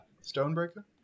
Stonebreaker